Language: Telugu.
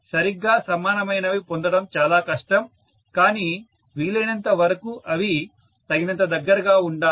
సరిగ్గా సమానమైనవి పొందడం చాలా కష్టం కానీ వీలైనంత వరకు అవి తగినంత దగ్గరగా ఉండాలి